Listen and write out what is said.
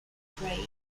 freight